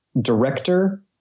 director